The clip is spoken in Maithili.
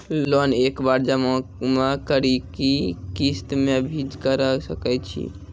लोन एक बार जमा म करि कि किस्त मे भी करऽ सके छि?